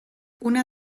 una